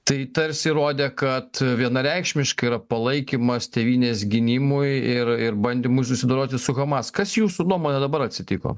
tai tarsi įrodė kad vienareikšmiškai yra palaikymas tėvynės gynimui ir ir bandymui susidoroti su hamas kas jūsų nuomone dabar atsitiko